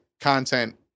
content